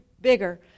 bigger